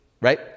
right